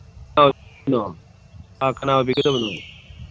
ꯀꯅꯥ ꯑꯣꯏꯕꯤꯒꯗꯕꯅꯣ